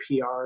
PR